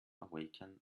awaken